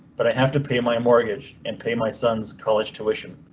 but i have to pay my and mortgage and pay my son's college tuition.